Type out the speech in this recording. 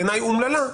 בעיניי אומללה,